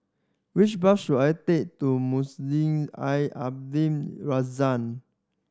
which bus should I take to Masjid Al Abdul Razak